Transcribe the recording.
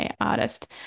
artist